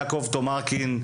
יעקב טומרקין,